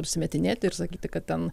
apsimetinėti ir sakyti kad ten